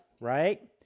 right